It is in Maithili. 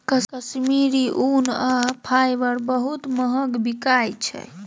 कश्मीरी ऊन आ फाईबर बहुत महग बिकाई छै